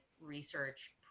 research